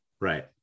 right